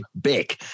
big